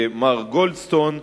מר גולדסטון,